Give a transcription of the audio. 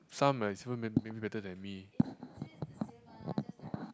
some ah is even may maybe better than me